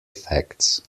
effects